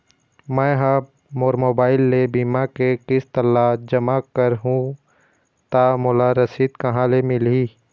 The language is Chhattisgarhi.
मैं हा मोर मोबाइल ले बीमा के किस्त ला जमा कर हु ता मोला रसीद कहां ले मिल ही?